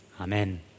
Amen